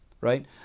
right